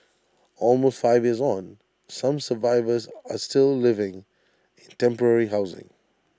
almost five years on some survivors are still living in temporary housing